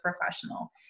professional